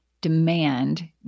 demand